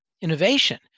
innovation